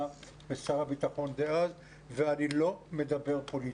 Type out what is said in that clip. ושר הביטחון דאז ואני לא מדבר פוליטיקה.